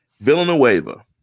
Villanueva